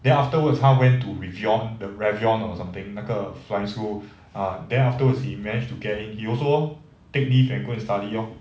then afterwards 他 went to revon~ the revlon or something 那个 flying school ah then afterwards he managed to get in he also take leave and go and study lor